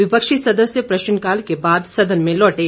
विपक्षी सदस्य प्रश्नकाल के बाद सदन में लौटे